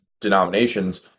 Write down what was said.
denominations